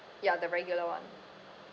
ya the regular one